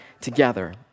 together